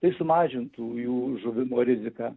ir sumažintų jų žuvimo riziką